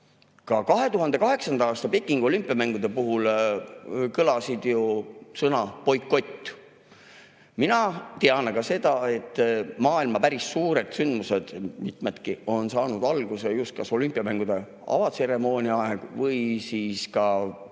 2008. aasta Pekingi olümpiamängude puhul kõlas ju sõna "boikott". Mina tean aga seda, et mitmedki maailma päris suured sündmused on saanud alguse just kas olümpiamängude avatseremoonia ajal või siis ka